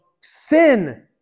sin